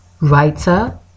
writer